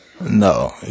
no